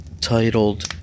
titled